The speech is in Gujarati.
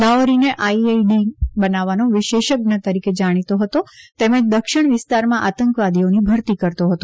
લાહૌરીને આઈઈડી બનાવવાનો વિશેષજ્ઞ તરીકે જાણીતો હતો તેમજ દક્ષિણ વિસ્તારમાં આતંકવાદીઓની ભરતી કરતો હતો